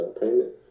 payment